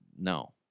no